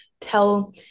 tell